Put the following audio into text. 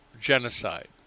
genocide